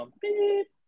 Beep